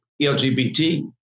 LGBT